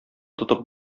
тотып